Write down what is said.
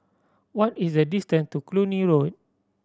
what is the distant to Cluny Road